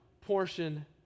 portion